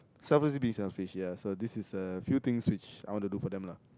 selfless being selfish ya so this is a few things which I want to do for them lah